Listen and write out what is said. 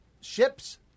ships